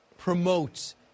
promotes